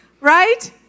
right